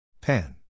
Pan